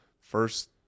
first